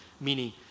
meaning